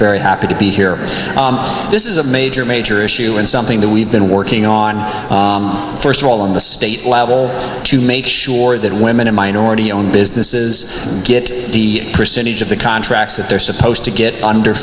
very happy to be here this is a major major issue and something that we've been working on first of all in the state level to make sure that women and minority owned businesses get the percentage of the contracts that they're supposed to get under